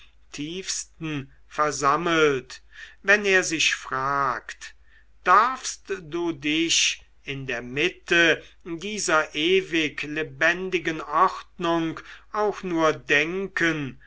tiefsten versammelt wenn er sich fragt darfst du dich in der mitte dieser ewig lebendigen ordnung auch nur denken